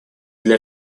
для